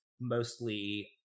mostly